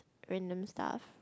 random stuff